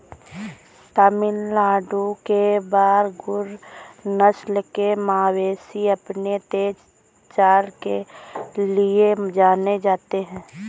तमिलनाडु के बरगुर नस्ल के मवेशी अपनी तेज चाल के लिए जाने जाते हैं